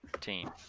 team